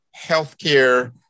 healthcare